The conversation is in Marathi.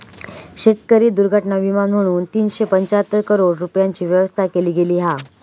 शेतकरी दुर्घटना विमा म्हणून तीनशे पंचाहत्तर करोड रूपयांची व्यवस्था केली गेली हा